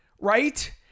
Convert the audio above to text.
right